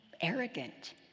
arrogant